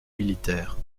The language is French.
militaire